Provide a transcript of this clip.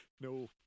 No